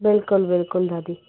बिल्कुलु बिल्कुलु दादी